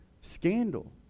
Scandal